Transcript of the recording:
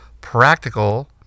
Practical